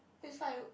it's like